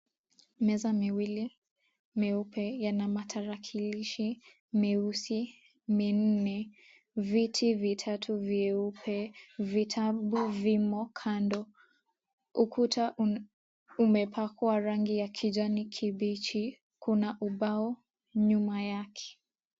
Meza miwili meupe yana matalakilishi meusi minne, viti vitatu vyeupe, vitabu vimo kando. Ukuta umepakwa rangi ya kijani kibichi kuna ubao nyuma yake.